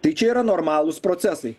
tai čia yra normalūs procesai